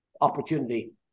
opportunity